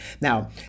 Now